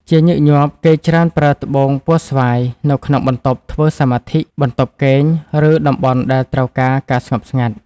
ជាញឹកញាប់ គេច្រើនប្រើត្បូងពណ៌ស្វាយនៅក្នុងបន្ទប់ធ្វើសមាធិ បន្ទប់គេង ឬតំបន់ដែលត្រូវការការស្ងប់ស្ងាត់។